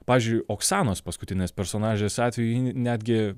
pavyzdžiui oksanos paskutinės personažės atveju ji netgi